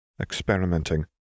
experimenting